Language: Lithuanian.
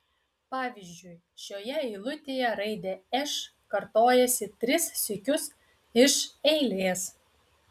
pavyzdžiui šioje eilutėje raidė š kartojasi tris sykius iš eilės